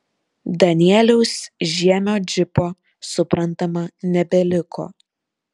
danieliaus žiemio džipo suprantama nebeliko